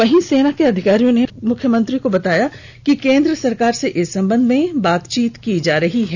वहीं सेना के अधिकारियों ने मुख्यमंत्री को बताया कि केंद्र सरकार से इस संबंध में बातचीत की जा रही है